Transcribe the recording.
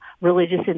religious